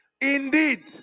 indeed